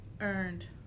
earned